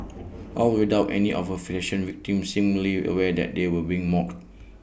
all without any of her fashion victims seemingly aware that they were being mocked